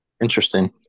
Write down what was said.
Interesting